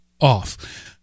off